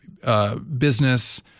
Business